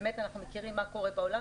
ובאמת אנחנו מכירים מה קורה בעולם,